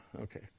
Okay